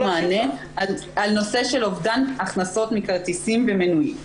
מענה על נושא של אובדן הכנסות מכרטיסים ומנויים.